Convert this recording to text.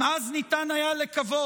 אם אז ניתן היה לקוות